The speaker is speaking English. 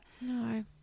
No